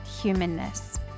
humanness